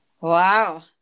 Wow